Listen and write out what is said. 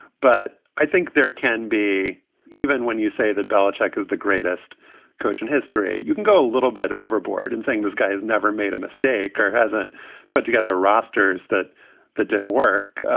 but i think there can be even when you say that belichick is the greatest coach in history, you can go a little bit overboard and saying this guy has never made a mistake or hasn't put together rosters, that that didn't work.